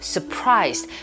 Surprised